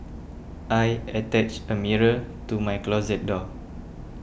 I attached a mirror to my closet door